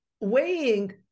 weighing